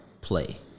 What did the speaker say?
play